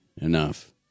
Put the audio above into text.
Enough